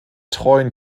treuen